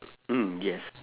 mm yes